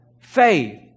faith